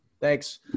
Thanks